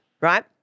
right